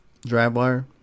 DriveWire